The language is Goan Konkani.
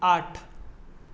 आठ